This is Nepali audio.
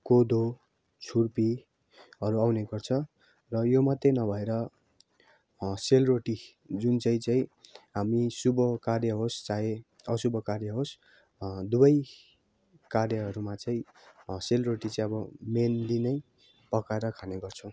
कोदो छुर्पीहरू आउने गर्छ र यो मात्रै नभएर सेलरोटी जुन चाहिँ चाहिँ हामी शुभ कार्य होस् चाहे अशुभ कार्य होस् दुवै कार्यहरूमा चाहिँ सेलरोटी चाहिँ अब मेन्ली नै पकाएर खाने गर्छौँ